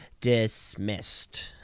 dismissed